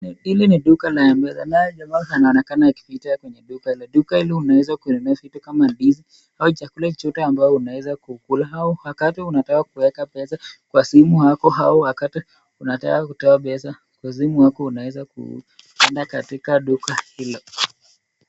Hili ni duka la Mpesa naye jamaa kanaonekana akipita kwenye duka hili. Duka hili unaweza kununua vitu kama ndizi au chakula chochote ambao unaweza kukula au wakati unataka kuweka pesa kwa simu yako au wakati unataka kunatoa pesa kwa simu yako unaweza kuenda katika duka hilo.